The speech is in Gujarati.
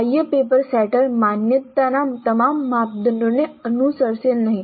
બાહ્ય પેપર સેટર માન્યતાના તમામ માપદંડોને અનુસરશે નહીં